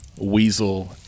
weasel